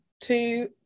two